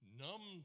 numb